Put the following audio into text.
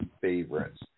favorites